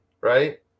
right